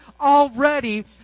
already